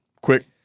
quick